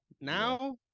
Now